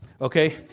Okay